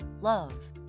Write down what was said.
love